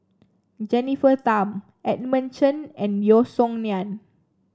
Jennifer Tham Edmund Chen and Yeo Song Nian